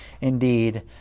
Indeed